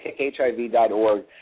kickhiv.org